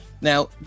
Now